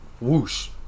whoosh